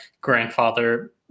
grandfather